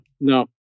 No